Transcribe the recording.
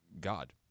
God